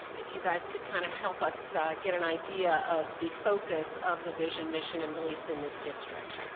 if you guys could kind of help us get an idea of the focus of the vision, mission, and beliefs in this district.